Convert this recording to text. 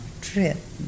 trip